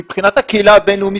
מבחינתה קהילה הבין-לאומית,